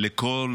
גם לכל